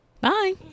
Bye